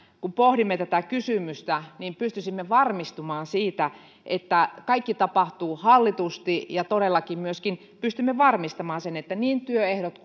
kun pohdimme tätä kysymystä pystyisimme varmistumaan siitä että kaikki tapahtuu hallitusti ja todellakin myöskin pystymme varmistamaan sen että niin työehdot